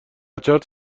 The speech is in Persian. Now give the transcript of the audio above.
چارت